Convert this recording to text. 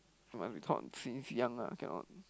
you must be taught since young ah cannot